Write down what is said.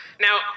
Now